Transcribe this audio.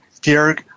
dear